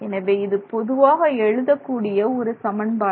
எனவே இது பொதுவாக எழுதக்கூடிய ஒரு சமன்பாடு